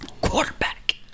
quarterback